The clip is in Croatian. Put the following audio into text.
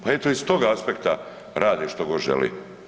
Pa eto, iz tog aspekta rade što god žele.